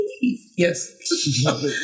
yes